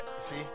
see